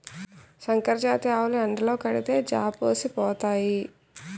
సంకరజాతి ఆవులు ఎండలో కడితే జాపోసిపోతాయి